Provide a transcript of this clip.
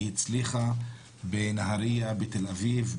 היא הצליחה בנהריה, בתל אביב,